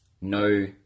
no